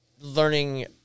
learning